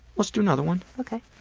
let's do another one. okay.